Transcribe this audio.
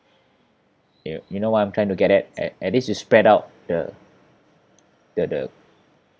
you you know what I'm trying to get at at at least you spread out the the the